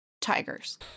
tigers